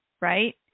right